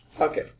Okay